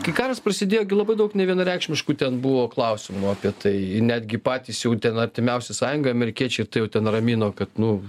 kai karas prasidėjo gi labai daug nevienareikšmiškų ten buvo klausimų apie tai netgi patys jau ten artimiausia sąjunga amerikiečiai jau ten ramino kad nu